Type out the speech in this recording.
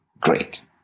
great